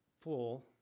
full